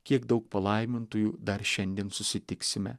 kiek daug palaimintųjų dar šiandien susitiksime